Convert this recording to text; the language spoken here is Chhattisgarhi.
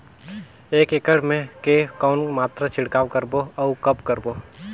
एक एकड़ मे के कौन मात्रा छिड़काव करबो अउ कब करबो?